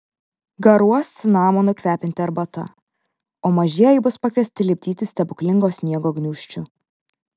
garuos cinamonu kvepianti arbata o mažieji bus pakviesti lipdyti stebuklingo sniego gniūžčių